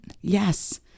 yes